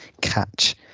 catch